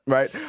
Right